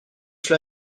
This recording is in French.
cela